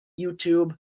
YouTube